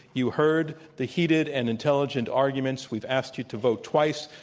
you heard the heated and intelligent arguments. we've asked you to vote twice,